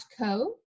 Co